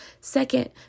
Second